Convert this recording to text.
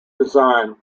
design